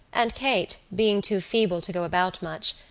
and kate, being too feeble to go about much,